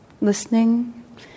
listening